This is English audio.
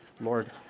Lord